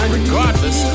regardless